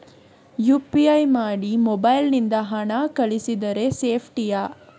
UPI ಮಾಡಿ mobile ನಿಂದ ಹಣ ಕಳಿಸಿದರೆ ಸೇಪ್ಟಿಯಾ?